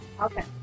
okay